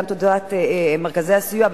גם תודת מרכזי הסיוע,